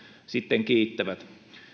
sitten kiittävät